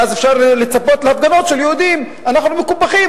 ואז אפשר לצפות להפגנות של יהודים: אנחנו מקופחים,